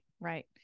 right